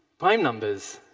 prime numbers,